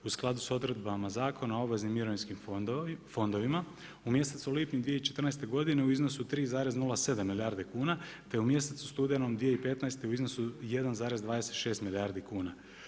U skladu s odredbama Zakona o obveznim mirovinskim fondovima u mjesecu lipnju 2014. godine u iznosu 3,07 milijarde kuna te u mjesecu studenom 2015. u iznosu 1,26 milijardi kuna.